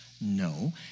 No